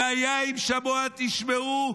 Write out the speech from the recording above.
"והיה אם שמע תשמעו",